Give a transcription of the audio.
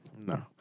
No